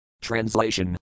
Translation